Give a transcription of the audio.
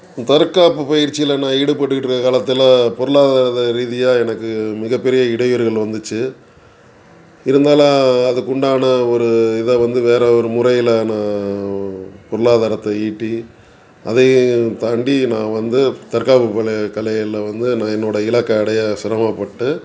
தற்காப்பு பயிற்சியில் நான் ஈடுபட்டுகிட்டு இருக்கற காலத்தில் பொருளாதாரத்தை ரீதியாக எனக்கு மிகப்பெரிய இடையூறுகள் வந்துச்சு இருந்தாலும் அதுக்கு உண்டான ஒரு இதை வந்து வேறு ஒரு முறையில் நான் பொருளாதாரத்தை ஈட்டி அதையும் தாண்டி நான் வந்து தற்காப்பு பலை கலையில் வந்து நான் என்னோடய இலக்கை அடைய சிரமப்பட்டு